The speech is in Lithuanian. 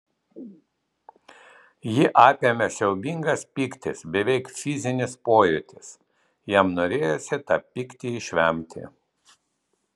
jį apėmė siaubingas pyktis beveik fizinis pojūtis jam norėjosi tą pyktį išvemti